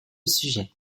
sujet